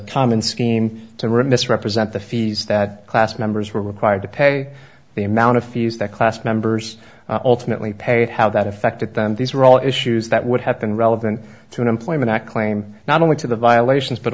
common scheme to risk represent the fees that class members were required to pay the amount of fees that class members alternately paid how that affected them these are all issues that would have been relevant to an employment act claim not only to the violations but